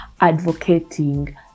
advocating